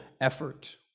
effort